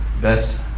best